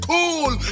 Cool